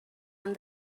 han